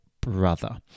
brother